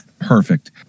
perfect